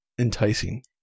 enticing